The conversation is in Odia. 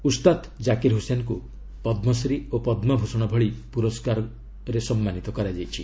ଉସ୍ତାଦ ଜାକିର ହୁସେନଙ୍କୁ ପଦ୍ମଶ୍ରୀ ଓ ପଦ୍ମଭୂଷଣ ଭଳି ପୁରସ୍କାରରେ ସମ୍ମାନିତ କରାଯାଇଛି